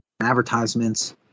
advertisements